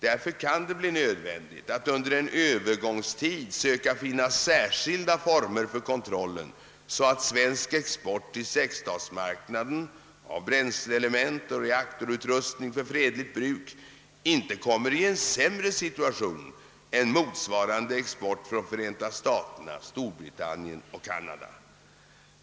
Därför kan det bli nödvändigt att under en övergångstid söka finna särskilda former för kontrollen, så att svensk export till sexstatsmarknaden av bränsleelement och reaktorutrustning för fredligt bruk inte kommer i en sämre situation än motsvarande export från Förenta staterna, Storbritannien och Kanada.